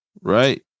right